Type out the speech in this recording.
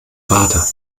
vater